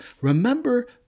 remember